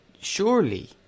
surely